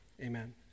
Amen